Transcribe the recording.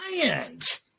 client